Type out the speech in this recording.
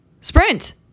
sprint